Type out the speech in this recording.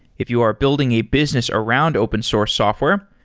if you are building a business around open source software,